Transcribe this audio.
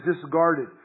discarded